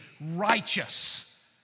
righteous